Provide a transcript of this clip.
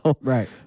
Right